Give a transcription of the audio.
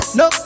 no